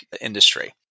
industry